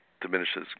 diminishes